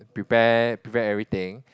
prepare prepare everything